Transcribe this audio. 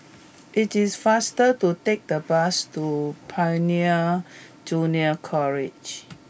it is faster to take the bus to Pioneer Junior College